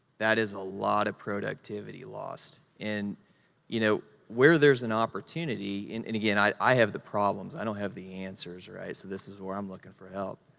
that is a lot of productivity lost. and you know where there's an opportunity, and again, i have the problems, i don't have the answers, right, so this is where i'm looking for help.